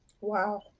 Wow